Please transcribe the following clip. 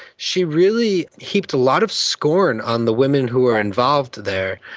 she really heaped a lot of scorn on the women who were involved there,